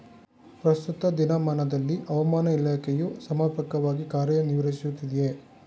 ಪ್ರಸ್ತುತ ದಿನಮಾನದಲ್ಲಿ ಹವಾಮಾನ ಇಲಾಖೆಯು ಸಮರ್ಪಕವಾಗಿ ಕಾರ್ಯ ನಿರ್ವಹಿಸುತ್ತಿದೆಯೇ?